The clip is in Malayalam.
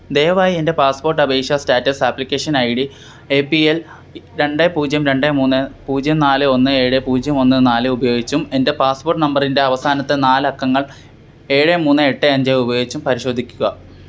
ദയവായി എൻ്റെ പാസ്പോർട്ട് അപേക്ഷാ status application I D A P L രണ്ട് പൂജ്യം രണ്ട് മൂന്ന് പൂജ്യം നാല് ഒന്ന് ഏഴ് പൂജ്യം ഒന്ന് നാല് ഉപയോഗിച്ചും എൻ്റെ പാസ്പോർട്ട് നമ്പറിൻ്റെ അവസാനത്തെ നാല് അക്കങ്ങൾ ഏഴ് മൂന്ന് എട്ട് അഞ്ച് ഉപയോഗിച്ചും പരിശോധിക്കുക